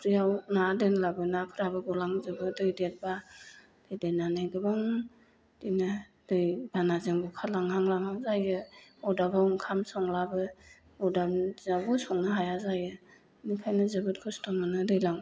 फुख्रियाव ना दोनलाबो नाफोरा गलां जोबो दै देरब्ला दै देरनानै गोबां इदिनो दै बानाजों बुखार लांहां लांहां जायो अरदाबाव ओंखाम संलाबो अरदाबावबो संनो हाया जायो ओंखायनो जोबोद खस्थ' जायो दैज्लाङाव